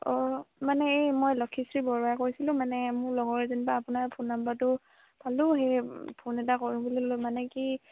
অঁ মানে এই মই লক্ষীশ্ৰী বৰুৱাই কৈছিলোঁ মানে মোৰ লগৰ এজনীৰপৰা আপোনাৰ ফোন নাম্বাৰটো পালোঁ সেই ফোন এটা কৰোঁ বুলি ল'লোঁ মানে কি